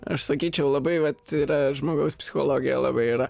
aš sakyčiau labai vat yra žmogaus psichologija labai yra